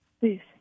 Please